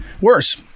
worse